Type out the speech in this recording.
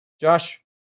Josh